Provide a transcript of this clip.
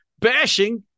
bashing